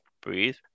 Breathe